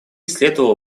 следовало